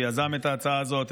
שיזם את ההצעה הזאת,